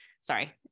Sorry